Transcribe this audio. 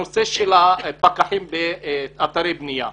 הנושא של הפקחים באתרי בנייה.